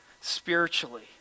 spiritually